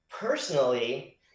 personally